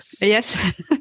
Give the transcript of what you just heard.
Yes